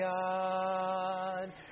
God